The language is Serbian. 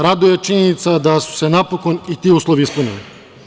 Raduje činjenica da su se napokon i ti uslovi ispunili.